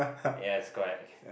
yes correct